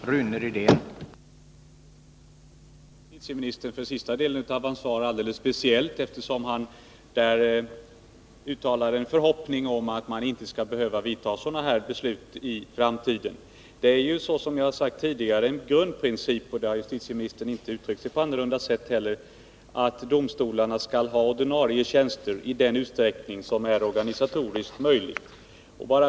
Herr talman! Jag ber att få tacka justitieministern alldeles speciellt för den sista delen av hans svar, eftersom han där uttalade en förhoppning om att man inte skall behöva fatta sådana här beslut i framtiden. Det är ju, som jag har sagt tidigare, en grundprincip — justitieministern har inte heller uttryckt sig annorlunda — att domstolarna skall ha ordinarie tjänster i den utsträckning som det är organisatoriskt möjligt.